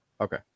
Okay